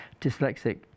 dyslexic